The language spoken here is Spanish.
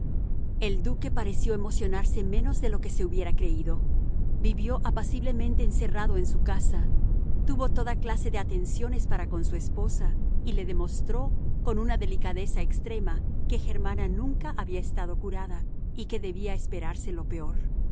el duque pareció emocionarse menos de lo que se hubiera creído vivió apaciblemente encerrado en su casa tuvo toda clase de atenciones para con su esposa y le demostró con una delicadeza extrema que germana nunca había estado curada y que debía esperarse lo peor